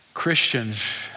Christians